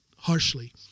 harshly